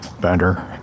better